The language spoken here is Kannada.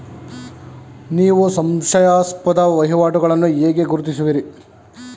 ನೀವು ಸಂಶಯಾಸ್ಪದ ವಹಿವಾಟುಗಳನ್ನು ಹೇಗೆ ಗುರುತಿಸುವಿರಿ?